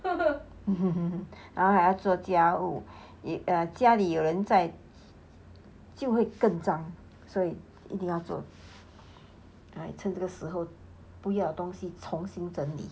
然后还要做家务 err 家里有人在就会更脏所以一定要做这个时候不要的东西重新整理